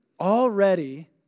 already